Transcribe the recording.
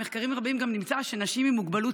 במחקרים רבים גם נמצא שנשים עם מוגבלות